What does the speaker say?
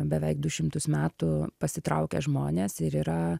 beveik du šimtus metų pasitraukę žmonės ir yra